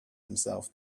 himself